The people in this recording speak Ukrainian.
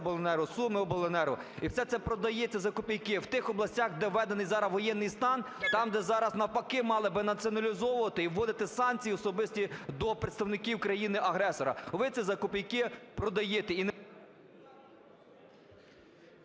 "Сумиобленерго" – і все це продається за копійки. В тих областях, де введений зараз воєнний стан, там, де зараз навпаки мали би націоналізовувати і вводити санкції особисті до представників країни-агресора, ви це за копійки продаєте